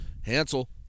Hansel